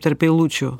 tarp eilučių